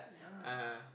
(uh huh)